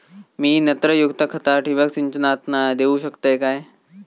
मी नत्रयुक्त खता ठिबक सिंचनातना देऊ शकतय काय?